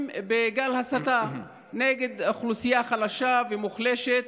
בגל הסתה נגד האוכלוסייה החלשה והמוחלשת,